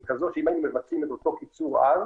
כזאת שאם היינו מבצעים את אותו קיצור אז,